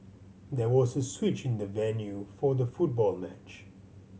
there was a switch in the venue for the football match